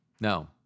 No